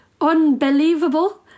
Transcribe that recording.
unbelievable